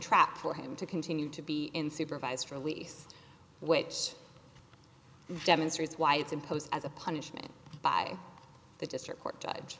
trap for him to continue to be in supervised release which demonstrates why it's imposed as a punishment by the district court judge